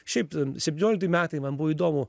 šiaip septyniolikti metai man buvo įdomu